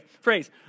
phrase